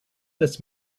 this